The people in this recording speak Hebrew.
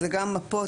זה גם מפות,